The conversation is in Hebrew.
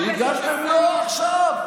לא, עכשיו.